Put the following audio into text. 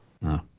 No